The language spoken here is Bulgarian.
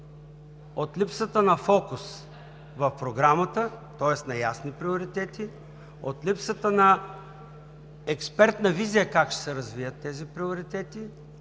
от липсата на фокус в програмата, тоест на ясни приоритети, от липсата на експертна визия как ще се развият тези приоритети,